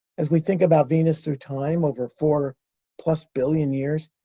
as we think about venus through time, over four plus billion years,